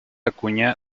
acuña